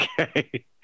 Okay